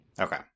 Okay